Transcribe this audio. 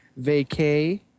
vacay